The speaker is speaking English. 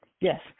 Yes